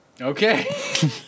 Okay